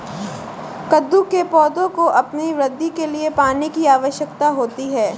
कद्दू के पौधों को अपनी वृद्धि के लिए पानी की आवश्यकता होती है